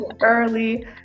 early